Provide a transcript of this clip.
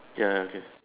ya ya okay